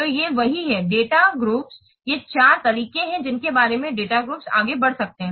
तो ये वही हैं डेटा समूह data groups ये चार तरीके हैं जिनके बारे में डेटा ग्रुप्स आगे बढ़ सकते हैं